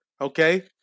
Okay